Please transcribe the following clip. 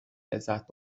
لذت